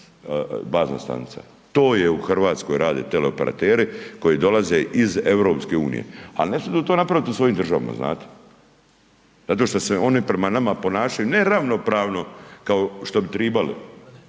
To je u Hrvatskoj rade teleoperateri koji dolaze iz EU. Al ne smiju to napraviti u svojim državama, znate. Zato što se oni prema nama ponašaju ne ravnopravno, kao što bi trebali,